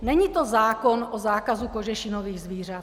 Není to zákon o zákazu kožešinových zvířat.